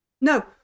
no